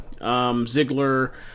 Ziggler